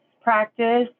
Practice